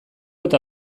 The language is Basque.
eta